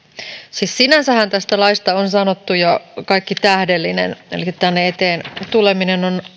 siis sinänsähän tästä laista on sanottu jo kaikki tähdellinen eli tänne eteen tuleminen